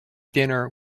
dinner